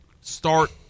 start